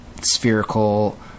spherical